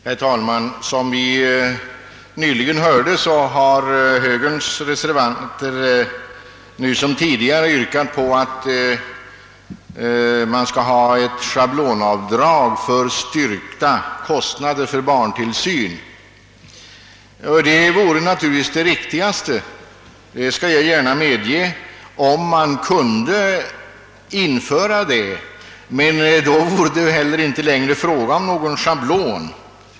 Herr talman! Som vi nyss hörde har högerns reservanter nu som tidigare yrkat på ett schablonavdrag för styrkta kostnader för barntillsyn. Det vore maturligtvis riktigast — det skall jag gärna medge — om man kunde införa ett sådant, men då vore det inte längre fråga om någon schablon.